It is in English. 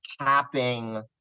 capping